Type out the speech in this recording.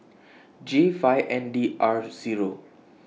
J five N D R Zero